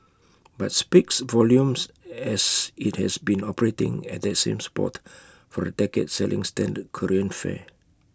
but speaks volumes as IT has been operating at that same spot for A decade selling standard Korean fare